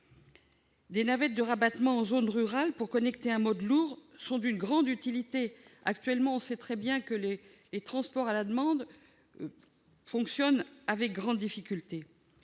Des navettes de rabattement en zone rurale pour connecter un mode lourd sont d'une grande utilité. Actuellement, on sait très bien que les transports à la demande fonctionnent avec grande difficulté,